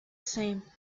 same